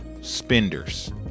spenders